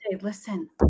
listen